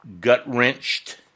gut-wrenched